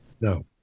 No